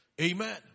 Amen